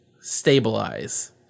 Stabilize